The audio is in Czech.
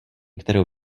kterou